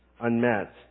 unmet